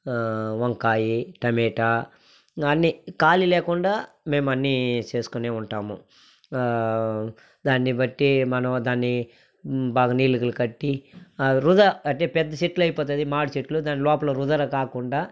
వంకాయ టమేటా అన్ని ఖాళీ లేకుండా మేమన్నీ చేసుకొనే ఉంటాము దాన్ని బట్టి మనం దాన్ని బాగా నీల్ గీల్ కట్టి అది పెద్ద చెట్లయిపోతాది మాడిచెట్లు దానిలోపల రుదర కారకుండా